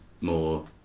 more